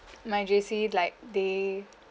my J_C like they